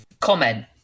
comment